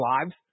lives